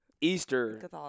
Easter